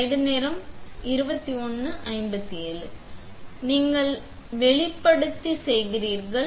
எனவே நீங்கள் அம்பலப்படுத்தி மீண்டும் வெளிப்பாடு செய்கிறீர்கள்